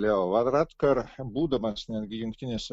leo varadkar būdamas netgi jungtinėse